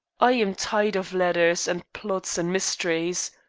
i am tired of letters, and plots, and mysteries.